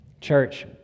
Church